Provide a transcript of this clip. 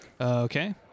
Okay